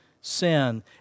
sin